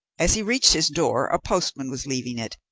as he reached his door, a postman was leaving it,